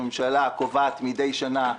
הממשלה קובעת מידי שנה,